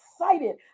excited